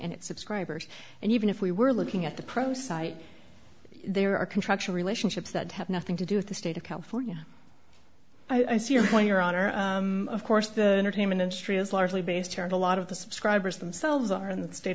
and its subscribers and even if we were looking at the pro site there are contractual relationships that have nothing to do with the state of california i see your point your honor of course the entertainment industry is largely based here and a lot of the subscribers themselves are in the state